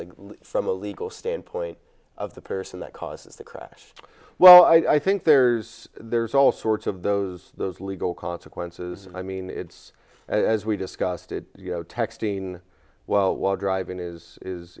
like from a legal standpoint of the person that causes the crash well i think there's there's all sorts of those those legal consequences i mean it's as we discussed it you know texting while driving is